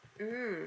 mm